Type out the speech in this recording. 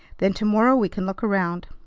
then to-morrow we can look around.